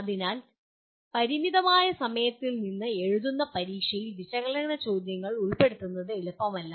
അതിനാൽ പരിമിതമായ സമയത്തിൽ എഴുതുന്ന പരീക്ഷയിൽ വിശകലന ചോദ്യങ്ങൾ ഉൾപ്പെടുത്തുന്നത് എളുപ്പമല്ല